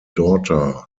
daughter